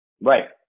Right